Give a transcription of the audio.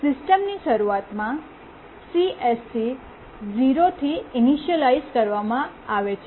સિસ્ટમની શરૂઆતમાં CSC 0 થી ઇનિશલાઇજ઼ કરવામાં આવે છે